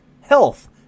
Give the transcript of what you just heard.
health